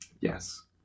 Yes